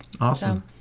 Awesome